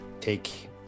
take